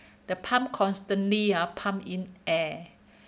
the pump constantly ah pump in air